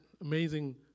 amazing